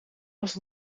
was